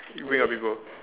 you bring your paper